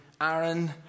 Aaron